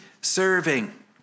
serving